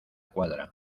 cuadra